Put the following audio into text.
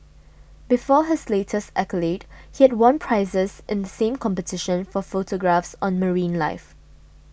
before his latest accolade he had won prizes in the same competition for photographs on marine life